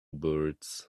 birds